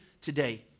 today